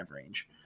range